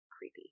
creepy